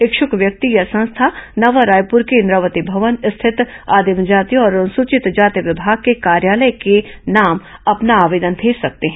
इच्छुक व्यक्ति या संस्था नवा रायपुर के इंद्रावती भवन रिथत आदिम जाति और अनुसचित जाति विभाग के कार्यालय के नाम अपना आवेदन भेज सकते हैं